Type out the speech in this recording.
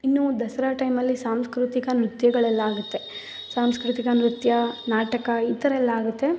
ಇನ್ನು ದಸರಾ ಟೈಮಲ್ಲಿ ಸಾಂಸ್ಕೃತಿಕ ನೃತ್ಯಗಳೆಲ್ಲ ಆಗುತ್ತೆ ಸಾಂಸ್ಕೃತಿಕ ನೃತ್ಯ ನಾಟಕ ಈ ಥರ ಎಲ್ಲ ಆಗುತ್ತೆ